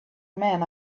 men